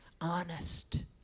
honest